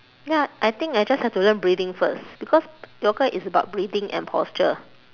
ya I think I just have to learn breathing first because yoga is about breathing and posture